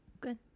good